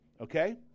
Okay